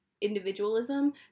individualism